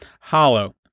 hollow